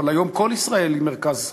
אבל היום כל ישראל היא מרכז חוסן.